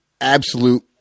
absolute